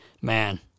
Man